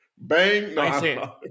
bang